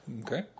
Okay